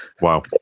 Wow